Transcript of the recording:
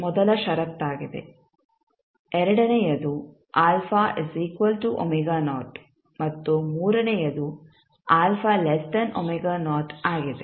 ಮೊದಲ ಷರತ್ತಾಗಿದೆ ಎರಡನೆಯದು ಮತ್ತು ಮೂರನೆಯದುಆಗಿದೆ